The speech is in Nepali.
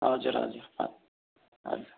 हजुर हजुर ह हजुर